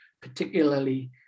particularly